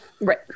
Right